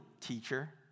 teacher